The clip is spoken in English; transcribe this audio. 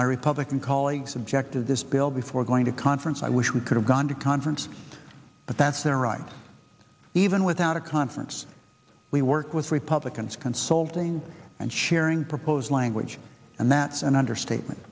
my republican colleagues object to this bill before going to conference i wish we could have gone to conference but that's their right even without a conference we work with republicans consulting and sharing proposed language and that's an understatement